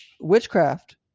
witchcraft